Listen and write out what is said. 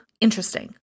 interesting